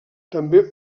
també